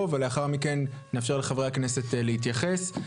ולאחר מכן נאפשר לחברי הכנסת להתייחס.